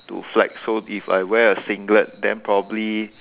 to flex so if I wear a singlet then probably